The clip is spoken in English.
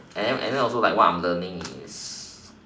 and then and then also what I am learning is